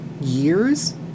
years